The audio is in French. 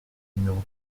numéro